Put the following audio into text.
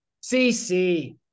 C-C